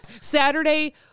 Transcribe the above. Saturday